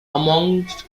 amongst